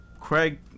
craig